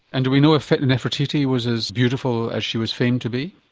and do we know if nefertiti was as beautiful as she was famed to be?